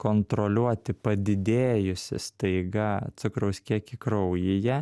kontroliuoti padidėjusį staiga cukraus kiekį kraujyje